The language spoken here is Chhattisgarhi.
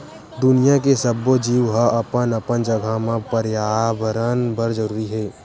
दुनिया के सब्बो जीव ह अपन अपन जघा म परयाबरन बर जरूरी हे